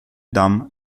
dame